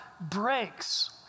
breaks